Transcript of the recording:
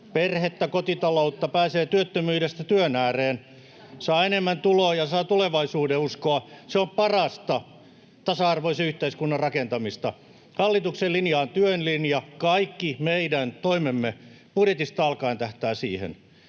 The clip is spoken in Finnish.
perhettä, kotitaloutta, pääsee työttömyydestä työn ääreen, saa enemmän tuloja, saa tulevaisuudenuskoa, on se parasta tasa-arvoisen yhteiskunnan rakentamista. Hallituksen linja on työn linja. Kaikki meidän toimemme budjetista alkaen tähtäävät siihen,